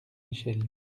michel